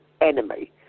enemy